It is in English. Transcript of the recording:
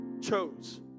chose